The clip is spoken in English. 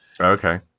Okay